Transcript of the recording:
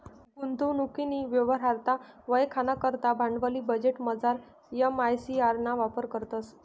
गुंतवणूकनी यवहार्यता वयखाना करता भांडवली बजेटमझार एम.आय.सी.आर ना वापर करतंस